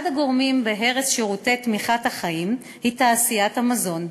אחד הגורמים בהרס שירותי תמיכת החיים היא תעשיית המזון.